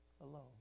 alone